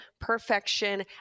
perfection